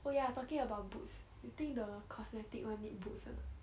oh yeah talking about boots you think the cosmetic one need boots or not